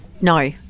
No